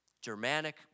Germanic